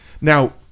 Now